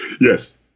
Yes